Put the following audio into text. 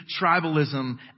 tribalism